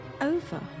over